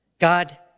God